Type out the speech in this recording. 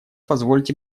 позвольте